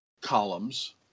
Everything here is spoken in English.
columns